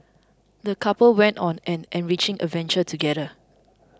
the couple went on an enriching adventure together